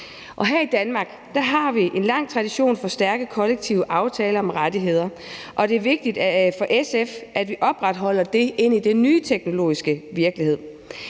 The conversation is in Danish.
Her i Danmark har vi en lang tradition for stærke kollektive aftaler om rettigheder, og det er vigtigt for SF, at vi opretholder det i den nye teknologiske virkelighed.